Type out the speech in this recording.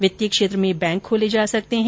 वित्तीय क्षेत्र में बैंक आदि खोले जा सकते हैं